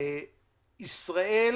ישראל